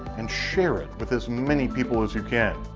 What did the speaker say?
and share it with as many people as you can.